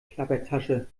plappertasche